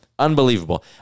Unbelievable